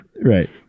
Right